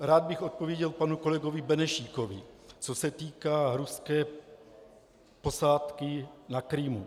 Rád bych odpověděl panu kolegovi Benešíkovi, co se týká ruské posádky na Krymu.